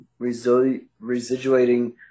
residuating